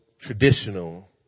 traditional